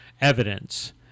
evidence